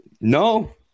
No